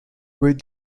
with